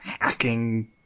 hacking